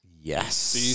Yes